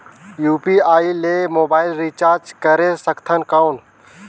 UPI ले mobile recharge करे सकथन कौन?